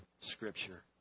Scripture